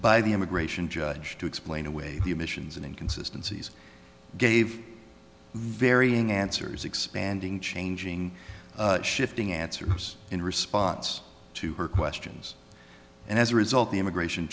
by the immigration judge to explain away the admissions inconsistency gave varying answers expanding changing shifting answers in response to her questions and as a result the immigration